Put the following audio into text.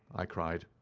i cried.